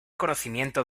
conocimiento